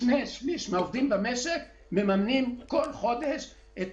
שני שליש מהעובדים במשק מממנים כל חודש את